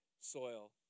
soil